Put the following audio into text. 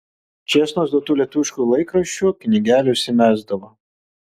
čėsnos duotų lietuviškų laikraščių knygelių įsimesdavo